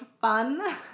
fun